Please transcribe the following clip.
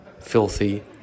filthy